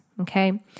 Okay